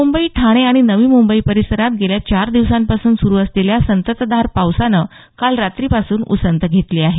मुंबई ठाणे आणि नवी मुंबई परिसरात गेल्या चार दिवसापासून सुरु असलेल्या संततधार पावसानं काल रात्रीपासून उसंत घेतली आहे